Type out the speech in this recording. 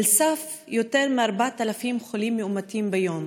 על סף יותר מ-4,000 חולים מאומתים ביום,